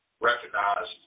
recognized